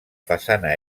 façana